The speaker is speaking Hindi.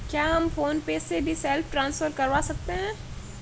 क्या हम फोन पे से भी सेल्फ ट्रांसफर करवा सकते हैं?